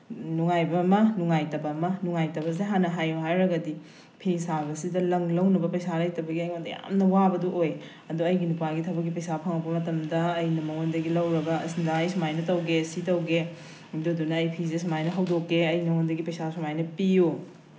ꯅꯨꯡꯉꯥꯏꯕ ꯑꯃ ꯅꯨꯡꯉꯥꯏꯇꯕ ꯑꯃ ꯅꯨꯡꯉꯥꯏꯇꯕꯁꯦ ꯍꯥꯟꯅ ꯍꯥꯏꯌꯨ ꯍꯥꯏꯔꯒꯗꯤ ꯐꯤ ꯁꯥꯕꯁꯤꯗ ꯂꯪ ꯂꯧꯅꯕ ꯄꯩꯁꯥ ꯂꯩꯇꯕꯒꯤ ꯑꯩꯉꯣꯟꯗ ꯌꯥꯝꯅ ꯋꯥꯕꯗꯨ ꯑꯣꯏ ꯑꯗꯣ ꯑꯩꯒꯤ ꯅꯨꯄꯥꯒꯤ ꯊꯕꯛꯀꯤ ꯄꯩꯁꯥ ꯐꯪꯉꯛꯄ ꯃꯇꯝꯗ ꯑꯩꯅ ꯃꯉꯣꯟꯗꯒꯤ ꯂꯧꯔꯒ ꯑꯁ ꯗꯗꯥ ꯑꯩ ꯁꯨꯃꯥꯏꯅ ꯇꯧꯒꯦ ꯁꯤ ꯇꯧꯒꯦ ꯑꯗꯨꯗꯨꯅ ꯑꯩ ꯐꯤꯁꯦ ꯁꯨꯃꯥꯏꯅ ꯍꯧꯗꯣꯛꯀꯦ ꯑꯩ ꯅꯪꯉꯣꯟꯗꯒꯤ ꯄꯩꯁꯥ ꯁꯨꯃꯥꯏꯅ ꯄꯤꯌꯨ